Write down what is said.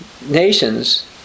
nations